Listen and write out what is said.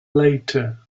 later